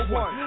one